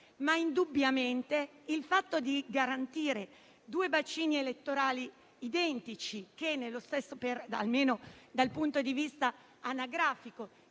ma indubbiamente il fatto di garantire due bacini elettorali identici, almeno dal punto di vista anagrafico,